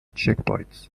checkpoints